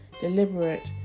deliberate